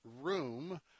room